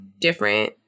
different